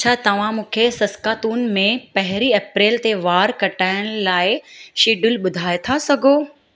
छा तव्हां मूंखे सस्कातून में पहिरीं अप्रैल ते वार कटाइण जे लाइ शेड्यूल ॿुधाइ था सघो